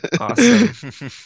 Awesome